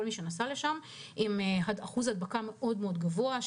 עם אחוז הדבקה מאוד מאוד גבוה.